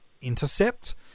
intercept